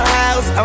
house